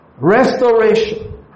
Restoration